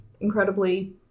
incredibly